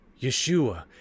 Yeshua